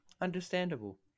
understandable